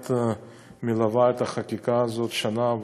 את מלווה את החקיקה הזאת שנה,